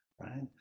right